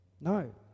No